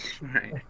right